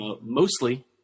Mostly